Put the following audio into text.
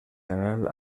canal